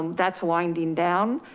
that's winding down.